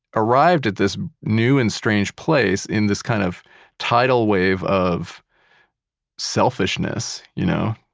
arrived at this new and strange place in this kind of tidal wave of selfishness, you know?